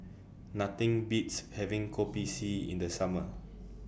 Nothing Beats having Kopi C in The Summer